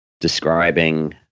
describing